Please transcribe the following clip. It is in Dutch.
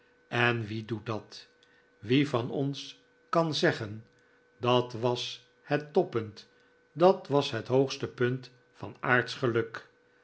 en wie doet dat wie van ons kan zeggen dat was het toppunt dat was het hoogste punt van aardsch geluk